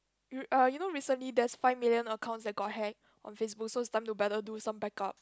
you uh you know recently there's five million accounts that got hacked on Facebook so it's time to better do some backup